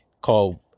called